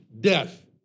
death